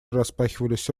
распахивались